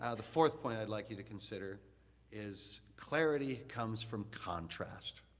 ah the fourth point i'd like you to consider is clarity comes from contrast.